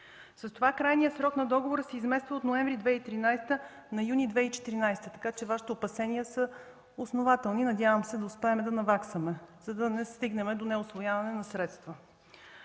С това крайният срок на договора се измества от ноември 2013 г. на юни 2014 г. Вашите опасения са основателни. Надявам се да успеем да наваксаме, за да не стигнем до неусвояване на средства.